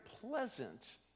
pleasant